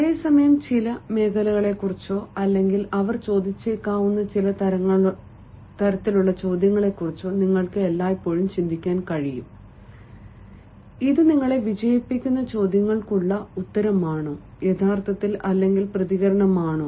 അതേസമയം ചില മേഖലകളെക്കുറിച്ചോ അല്ലെങ്കിൽ അവർ ചോദിച്ചേക്കാവുന്ന ചില തരത്തിലുള്ള ചോദ്യങ്ങളെക്കുറിച്ചോ നിങ്ങൾക്ക് എല്ലായ്പ്പോഴും ചിന്തിക്കാൻ കഴിയും ഇത് നിങ്ങളെ വിജയിപ്പിക്കുന്ന ചോദ്യങ്ങൾക്കുള്ള ഉത്തരമാണോ യഥാർത്ഥത്തിൽ അല്ലെങ്കിൽ പ്രതികരണമാണോ